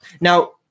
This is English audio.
Now